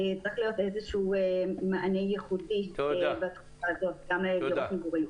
צריך להיות איזשהו מענה ייחודי בתקופה הזאת גם לדירות מגורים.